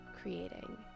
creating